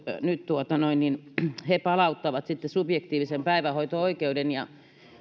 nyt he palauttavat subjektiivisen päivähoito oikeuden